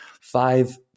five